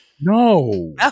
No